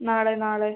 നാളെ നാളെ